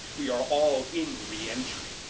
we are all in re-entry,